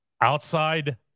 Outside